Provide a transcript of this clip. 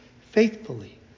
faithfully